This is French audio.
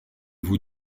vous